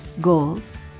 Goals